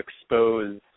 expose